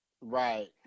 Right